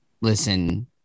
listen